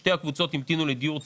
שתי הקבוצות המתינו לדיור ציבורי.